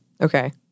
Okay